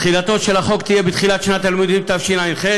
תחילתו של החוק תהיה בתחילת שנת הלימודים התשע"ח,